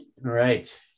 right